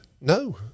No